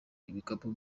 ibikapu